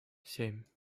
семь